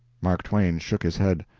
mark twain shook his head.